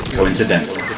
coincidental